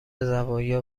زوایا